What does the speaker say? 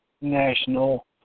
national